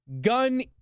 gun